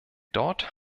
dort